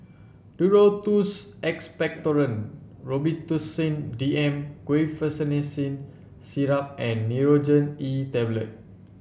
Duro Tuss Expectorant Robitussin D M Guaiphenesin Syrup and Nurogen E Tablet